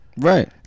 Right